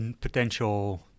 potential